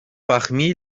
parmi